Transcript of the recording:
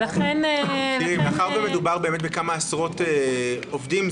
מאחר ומדובר בכמה עשרות עובדים,